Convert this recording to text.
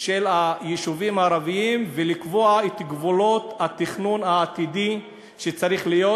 של היישובים הערביים ולקבוע את גבולות התכנון העתידי שצריך להיות,